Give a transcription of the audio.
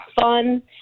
fun